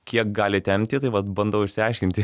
kiek gali tempti tai vat bandau išsiaiškinti